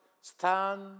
Stand